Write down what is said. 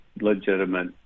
legitimate